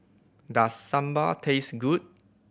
does sambal taste good